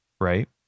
right